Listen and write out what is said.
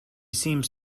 seems